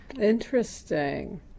interesting